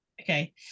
okay